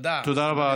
תודה רבה,